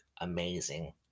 amazing